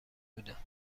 بودم